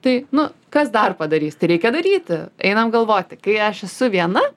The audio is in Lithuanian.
tai nu kas dar padarys tai reikia daryti einam galvoti kai aš esu viena